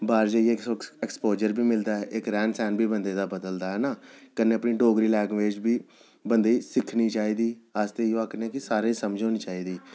बाह्र जाइयै एक्सपोज़र बी मिलदा ऐ इक रैह्न सैह्न बी बंदे दा बदलदा ऐ ना कन्नै अपनी डोगरी लैंग्वेज़ बी बंदे ई सिक्खनी चाहिदी अस ते इ'यो आखने कि सारें ई समझ होनी चाहिदी